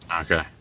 Okay